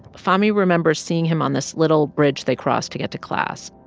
fahmee remembers seeing him on this little bridge they cross to get to class,